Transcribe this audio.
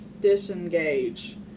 disengage